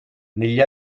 negli